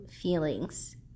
feelings